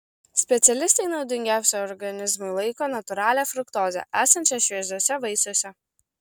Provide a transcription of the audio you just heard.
specialistai naudingiausia organizmui laiko natūralią fruktozę esančią šviežiuose vaisiuose